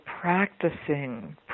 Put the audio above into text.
practicing